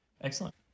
Excellent